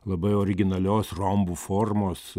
labai originalios rombų formos